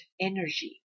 energy